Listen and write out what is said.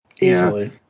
Easily